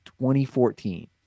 2014